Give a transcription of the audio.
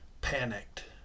panicked